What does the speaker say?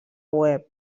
web